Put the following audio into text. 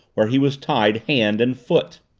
where he was tied hand and foot!